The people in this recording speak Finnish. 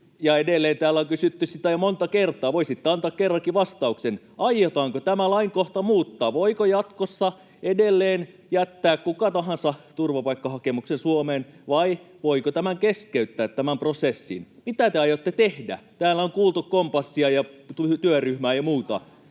täällä on kysytty sitä jo monta kertaa, joten voisitte antaa kerrankin vastauksen: aiotaanko tämä lainkohta muuttaa? Voiko jatkossa kuka tahansa edelleen jättää turvapaikkahakemuksen Suomeen, vai voiko tämän prosessin keskeyttää? Mitä te aiotte tehdä? Täällä on kuultu kompassia ja työryhmää ja muuta.